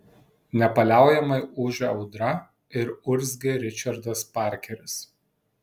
nepaliaujamai ūžė audra ir urzgė ričardas parkeris